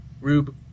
Rube